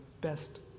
best